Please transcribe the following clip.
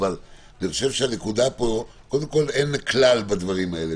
אבל אין כלל בדברים האלה,